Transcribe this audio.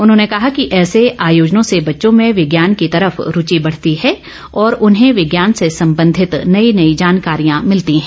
उन्होंने कहा कि ऐसे आयोजनों से बच्चों में विज्ञान की तरफ रूचि बढ़ती है और उन्हें विज्ञान से संबंधित नई नई जानकारियां मिलती हैं